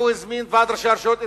כשהוא הזמין את ועד ראשי הרשויות אתמול,